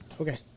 okay